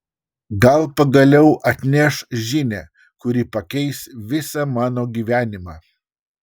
gal pagaliau atneš žinią kuri pakeis visą mano gyvenimą